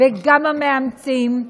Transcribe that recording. גם המאמצים,